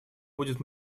будет